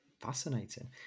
fascinating